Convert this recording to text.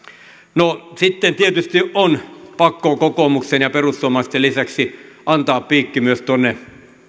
no sitten tietysti on pakko kokoomuksen ja perussuomalaisten lisäksi antaa piikki myös tuonne